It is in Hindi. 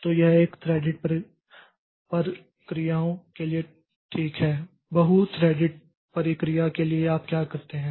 तो यह एक थ्रेडेड प्रक्रियाओं के लिए ठीक है बहु थ्रेडेड प्रक्रिया के लिए आप क्या करते हैं